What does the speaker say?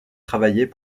travaillaient